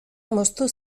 moztu